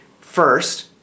first